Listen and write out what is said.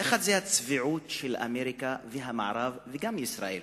האחד, זה הצביעות של אמריקה והמערב וגם ישראל.